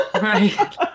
Right